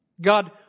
God